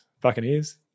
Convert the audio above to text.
Buccaneers